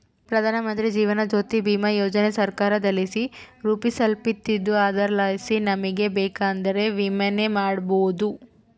ಪ್ರಧಾನಮಂತ್ರಿ ಜೀವನ ಜ್ಯೋತಿ ಭೀಮಾ ಯೋಜನೆ ಸರ್ಕಾರದಲಾಸಿ ರೂಪಿಸಲ್ಪಟ್ಟಿದ್ದು ಅದರಲಾಸಿ ನಮಿಗೆ ಬೇಕಂದ್ರ ವಿಮೆನ ಮಾಡಬೋದು